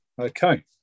Okay